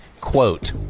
quote